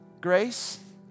grace